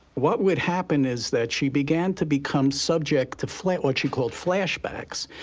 what would happen is that she began to become subject to what she called flashbacks.